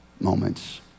moments